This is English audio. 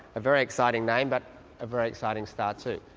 a very exciting name but a very exciting star too.